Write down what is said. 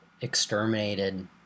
exterminated